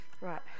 Right